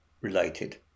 related